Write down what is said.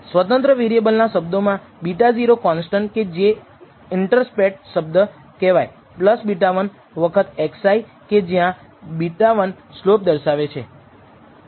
સ્વતંત્ર વેરિયેબલ ના શબ્દોમાં β0 કોનસ્ટંટ કે જે ઇન્ટરસેપ્ટ શબ્દ કહેવાય β1 વખત x i કે જ્યાં β1 સ્લોપ દર્શાવે છે